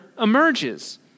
emerges